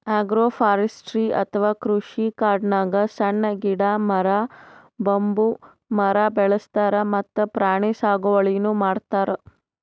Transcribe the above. agroforestry ಅಥವಾ ಕೃಷಿಕಾಡ್ನಾಗ್ ಸಣ್ಣ್ ಗಿಡ, ಮರ, ಬಂಬೂ ಮರ ಬೆಳಸ್ತಾರ್ ಮತ್ತ್ ಪ್ರಾಣಿ ಸಾಗುವಳಿನೂ ಮಾಡ್ತಾರ್